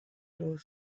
door